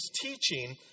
teaching